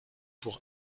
pour